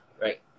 right